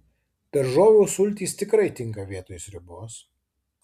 daržovių sultys tikrai tinka vietoj sriubos